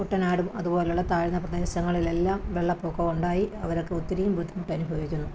കുട്ടനാടും അതുപോലെയുള്ള താഴ്ന്ന പ്രദേശങ്ങളിലെല്ലാം വെള്ളപ്പൊക്കം ഉണ്ടായി അവരൊക്കെ ഒത്തിരി ബുദ്ധിമുട്ടനുഭവിക്കുന്നു